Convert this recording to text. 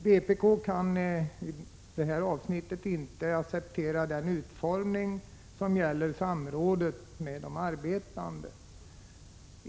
Vpk kan i detta avsnitt inte acceptera utformningen när det gäller samrådet med de arbetande.